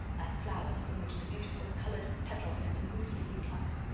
like flowers from which the beautiful colored petals had been ruthlessly plucked.